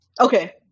Okay